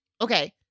okay